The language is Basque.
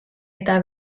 eta